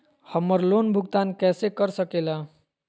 हम्मर लोन भुगतान कैसे कर सके ला?